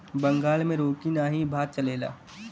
बंगाल मे रोटी नाही भात चलेला